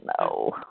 No